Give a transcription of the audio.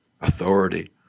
authority